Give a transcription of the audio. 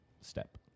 step